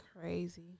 Crazy